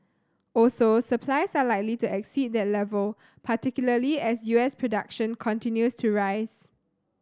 also supplies are likely to exceed that level particularly as U S production continues to rise